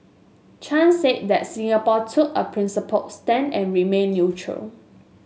Chan said that Singapore took a principled stand and remained neutral